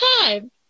time